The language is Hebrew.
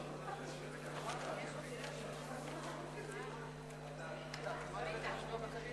נא להצביע.